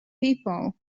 people